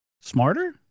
Smarter